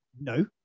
No